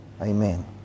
Amen